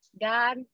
god